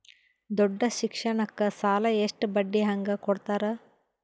ದೊಡ್ಡ ಶಿಕ್ಷಣಕ್ಕ ಸಾಲ ಎಷ್ಟ ಬಡ್ಡಿ ಹಂಗ ಕೊಡ್ತಾರ?